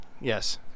Yes